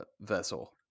vessel